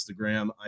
Instagram